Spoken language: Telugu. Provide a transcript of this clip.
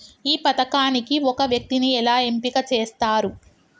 ఈ పథకానికి ఒక వ్యక్తిని ఎలా ఎంపిక చేస్తారు?